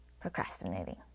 procrastinating